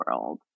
world